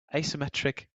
asymmetric